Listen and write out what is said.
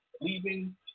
leaving